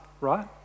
right